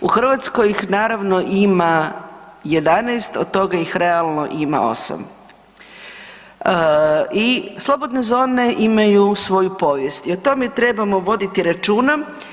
U Hrvatskoj ih naravno ima 11 od toga ih realno ima 8. I slobodne zone imaju svoju povijest i o tome trebamo voditi računa.